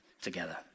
together